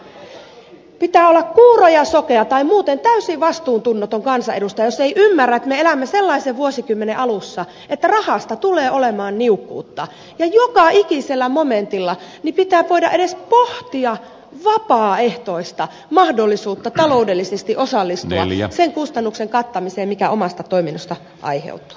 pitää olla kuuro ja sokea tai muuten täysin vastuuntunnoton kansanedustaja jos ei ymmärrä että me elämme sellaisen vuosikymmenen alussa että rahasta tulee olemaan niukkuutta ja joka ikisellä momentilla pitää voida edes pohtia vapaaehtoista mahdollisuutta taloudellisesti osallistua sen kustannuksen kattamiseen mikä omasta toiminnasta aiheutuu